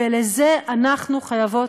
ולזה אנחנו חייבות,